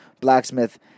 blacksmith